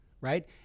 Right